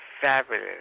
fabulous